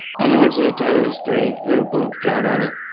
anyone see a titleist three? little boobs drawn on it.